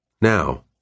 Now